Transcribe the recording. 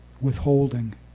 withholding